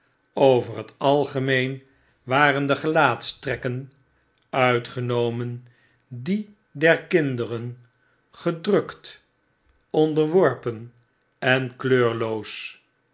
over het algemeen waren de gelaatstrekken uitgenomen die der kinderen gedrukt onderworpen en